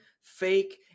fake